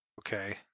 Okay